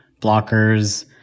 blockers